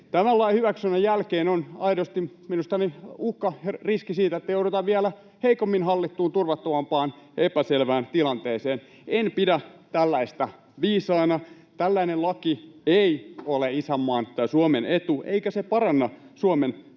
Tämän lain hyväksynnän jälkeen on mielestäni aidosti uhka ja riski siitä, että joudutaan vielä heikommin hallittuun, turvattomampaan ja epäselvään tilanteeseen. En pidä tällaista viisaana. Tällainen laki ei ole isänmaan tai Suomen etu, [Oikealta: